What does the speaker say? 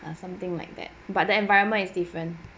or something like that but the environment is different